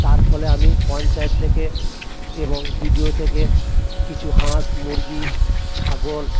তার ফলে আমি পঞ্চায়েত থেকে এবং বিডিও থেকে কিছু হাঁস মুরগি ছাগল